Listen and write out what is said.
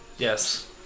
Yes